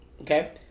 Okay